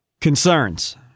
Concerns